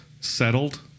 settled